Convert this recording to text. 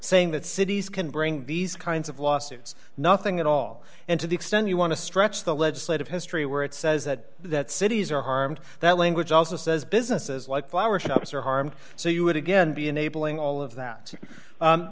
saying that cities can bring these kinds of lawsuits nothing at all and to the extent you want to stretch the legislative history where it says that that cities are harmed that language also says businesses like flower shops are harmed so you would again be enabling all of that